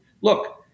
look